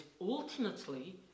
ultimately